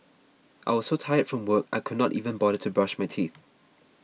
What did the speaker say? I was so tired from work I could not even bother to brush my teeth